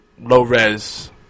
low-res